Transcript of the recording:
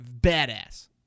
badass